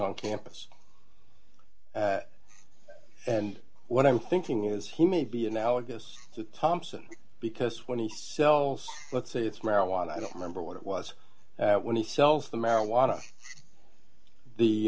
on campus and what i'm thinking is he may be analogous to thompson because when he sells let's say it's marijuana i don't remember what it was when he sells the marijuana